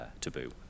Taboo